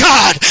God